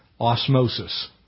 osmosis